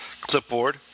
clipboard